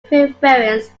preference